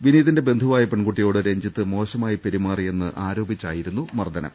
വിനീതിന്റെ ബന്ധുവായ പെൺകുട്ടിയോട് രഞ്ജിത്ത് മോശമായി പെരുമാറിയെന്ന് ആരോപിച്ചായിരുന്നു മർദ്ദനം